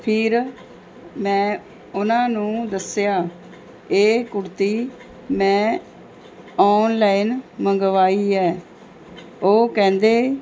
ਫਿਰ ਮੈਂ ਉਹਨਾਂ ਨੂੰ ਦੱਸਿਆ ਇਹ ਕੁੜਤੀ ਮੈਂ ਔਨਲਾਈਨ ਮੰਗਵਾਈ ਹੈ ਉਹ ਕਹਿੰਦੇ